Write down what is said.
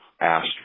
asked